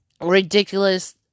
ridiculous